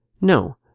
No